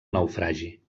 naufragi